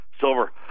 silver